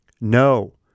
No